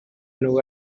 nhw